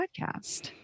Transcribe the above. podcast